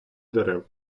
дерев